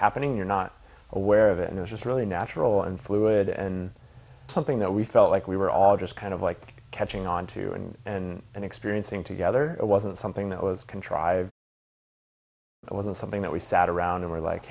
happening you're not aware of it and it just really natural and fluid and something that we felt like we were all just kind of like catching on to you and and and experiencing together it wasn't something that was contrived it wasn't something that we sat around and were like